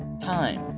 time